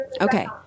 Okay